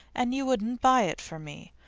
and you wouldn't buy it for me.